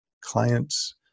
clients